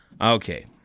Okay